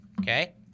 Okay